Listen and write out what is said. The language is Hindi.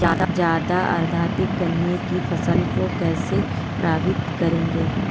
ज़्यादा आर्द्रता गन्ने की फसल को कैसे प्रभावित करेगी?